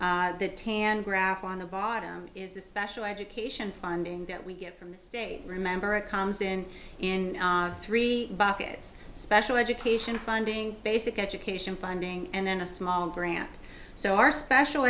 side and graph on the bottom special education funding that we get from the state remember it comes in in three buckets special education funding basic education funding and then a small grant so our special